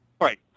right